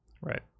Right